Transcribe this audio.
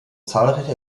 zahlreiche